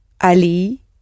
ali